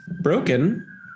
broken